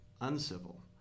uncivil